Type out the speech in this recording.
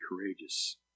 courageous